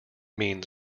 means